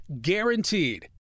guaranteed